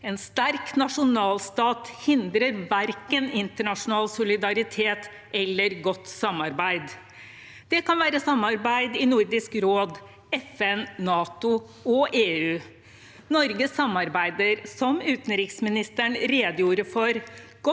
En sterk nasjonalstat hindrer verken internasjonal solidaritet eller godt samarbeid. Det kan være samarbeid i Nordisk råd, FN, NATO og EU. Norge samarbeider, som utenriksministeren redegjorde for,